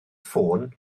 ffôn